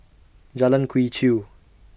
Jalan Quee Chew